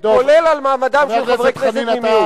כולל על מעמדם של חברי כנסת ממיעוט.